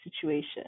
situation